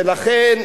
ולכן,